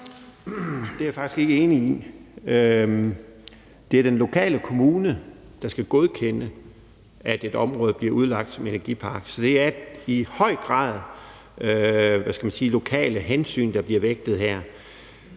Det er jeg faktisk ikke enig i, for det er den lokale kommune, der skal godkende, at et område bliver udlagt som energipark. Så det er i høj grad lokale hensyn, der her bliver vægtet.